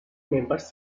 members